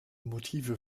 motive